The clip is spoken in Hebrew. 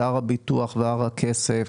הר הביטוח והר הכסף.